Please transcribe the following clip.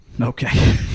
Okay